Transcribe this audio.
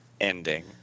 ending